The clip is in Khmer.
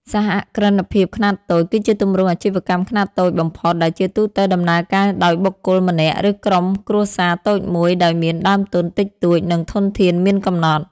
សហគ្រិនភាពខ្នាតតូច គឺជាទម្រង់អាជីវកម្មខ្នាតតូចបំផុត ដែលជាទូទៅដំណើរការដោយបុគ្គលម្នាក់ ឬក្រុមគ្រួសារតូចមួយដោយមានដើមទុនតិចតួច និងធនធានមានកំណត់ ។